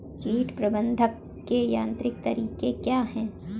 कीट प्रबंधक के यांत्रिक तरीके क्या हैं?